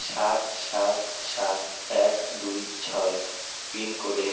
সাত সাত সাত এক দুই ছয় পিনকোডের